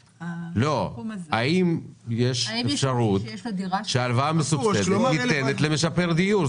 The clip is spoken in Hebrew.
האם יש אפשרות שהלוואה מסובסדת ניתנת למשפר דיור?